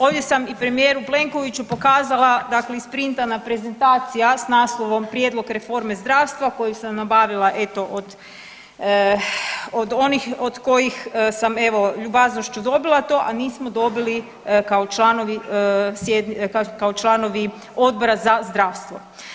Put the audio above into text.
Ovdje sam i premijeru Plenkoviću pokazala da ako isprintana prezentacija s naslovom Prijedlog reforme zdravstava koju sam nabavila eto od onih od kojih sam evo ljubaznošću dobila to, a nismo dobili kao članovi Odbora za zdravstvo.